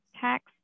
tax